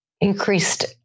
increased